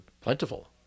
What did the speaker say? plentiful